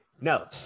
no